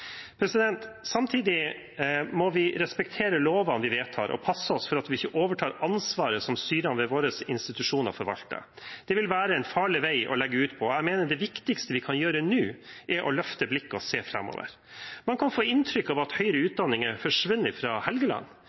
Samtidig må vi respektere lovene vi vedtar, og passe oss for at vi ikke overtar ansvaret som styrene ved våre institusjoner forvalter. Det vil være en farlig vei å legge ut på. Jeg mener det viktigste vi kan gjøre nå, er løfte blikket og se framover. Man kan få inntrykk av at høyere utdanning er forsvunnet fra Helgeland,